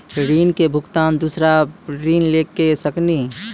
ऋण के भुगतान दूसरा ऋण लेके करऽ सकनी?